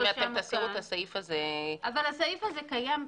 אם אתם תסירו את הסעיף הזה אבל הסעיף הזה קיים,